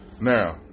Now